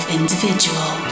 individual